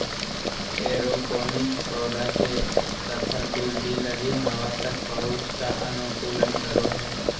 aeroponics पौधा के सफल वृद्धि लगी हवा तक पहुंच का अनुकूलन करो हइ